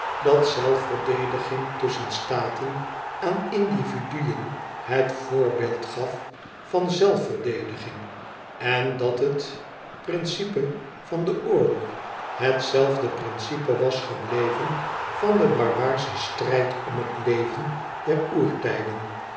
dat zelfverdediging tusschen staten aan individuen het voorbeeld gaf van zelfverdediging en dat het principe van den oorlog het zelfde principe was gebleven van den barbaarschen strijd om het leven der oertijden